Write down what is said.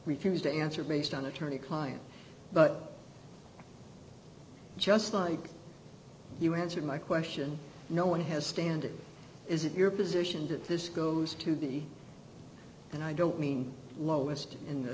refused to answer based on attorney client but just like you answered my question no one has standing is it your position that this goes to the and i don't mean lowest in the